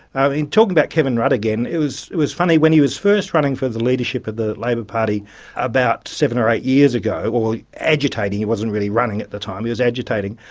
and talking about kevin rudd again, it was it was funny, when he was first running for the leadership of the labor party about seven or eight years ago, or agitating, it wasn't really running at the time, he was agitating,